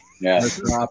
Yes